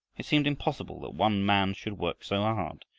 it seemed impossible that one man should work so hard,